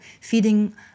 Feeding